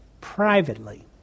privately